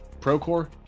Procore